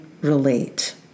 relate